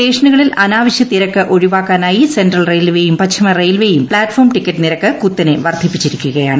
സ്റ്റേഷനുകളിൽ അനാവശൃ തിരക്ക് ഒഴിവാക്കാനായി സെൻട്രൽ റെയിൽവേയും പശ്ചിമ റെയിൽവേയും ഫ്ളാറ്റ്ഫോം ടിക്കറ്റ് നിരക്ക് കുത്തനെ വർദ്ധിപ്പിച്ചിരിക്കുകയാണ്